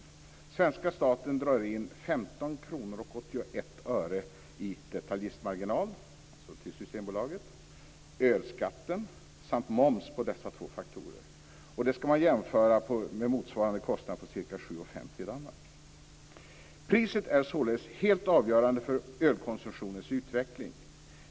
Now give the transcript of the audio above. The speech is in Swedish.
Den svenska staten drar in 15:81 kr i detaljistmarginal, dvs. till Systembolaget, ölskatten samt moms på dessa två faktorer. Det kan jämföras med motsvarande kostnad på ca 7:50 kr i Danmark. Priset är således helt avgörande för ölkonsumtionens utveckling.